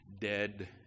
dead